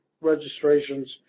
registrations